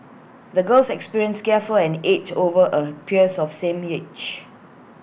the girl's experiences gave her an edge over A peers of same age